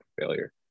failure